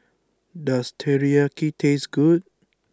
does Teriyaki taste good